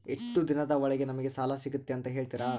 ಎಷ್ಟು ದಿನದ ಒಳಗೆ ನಮಗೆ ಸಾಲ ಸಿಗ್ತೈತೆ ಅಂತ ಹೇಳ್ತೇರಾ?